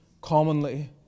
commonly